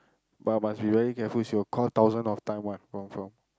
but must be very careful she will call thousand of time one confirm